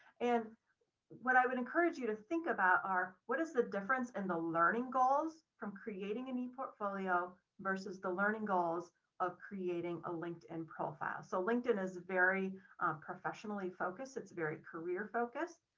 and what i would encourage you to think about are what is the difference in the learning goals from creating an e portfolio versus the learning goals of creating a linkedin profile. so linkedin is very professionally focused, it's very career focused.